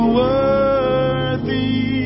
worthy